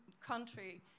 country